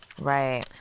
right